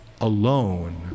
Alone